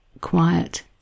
quiet